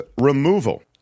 removal